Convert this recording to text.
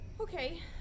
Okay